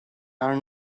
are